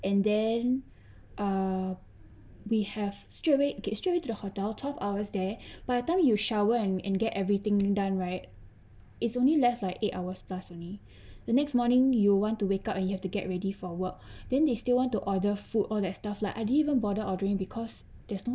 and then uh we have straight away okay straight away to the hotel twelve hours there by the time you shower and and get everything done right it's only left like eight hours plus only the next morning you want to wake up and you have to get ready for work then they still want to order food all that stuff like I didn't even bother ordering because there's no